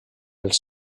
els